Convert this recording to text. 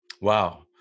Wow